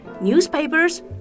newspapers